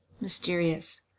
mysterious